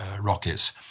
rockets